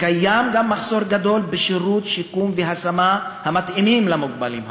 קיים גם מחסור גדול בשירותי שיקום והשמה המתאימים למוגבלים הערבים.